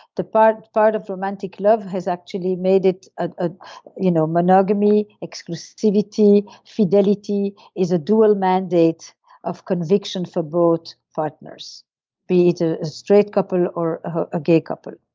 the but part of romantic love has actually made it ah you know monogamy, exclusivity, fidelity is a dual mandate of conviction for both partners be to a straight couple or a gay couple.